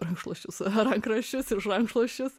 rankšluosčius rankraščius ir rankšluosčius